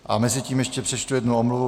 A mezitím ještě přečtu jednu omluvu.